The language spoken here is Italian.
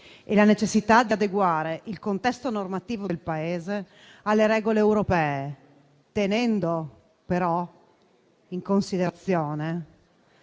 e la necessità di adeguare il contesto normativo del Paese alle regole europee, tenendo però in considerazione